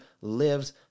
lives